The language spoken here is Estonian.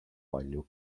palju